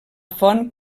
font